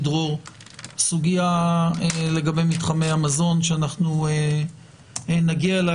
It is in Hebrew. דרור - סוגיה לגבי מתחמי המזון שאנחנו נגיע אליה.